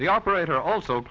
the operator also